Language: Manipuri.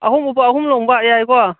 ꯑꯍꯨꯝ ꯎꯞꯄ ꯑꯍꯨꯝ ꯂꯣꯡꯕ ꯌꯥꯏꯀꯣ